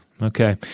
Okay